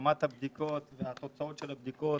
רמת הבדיקות ותוצאות הבדיקות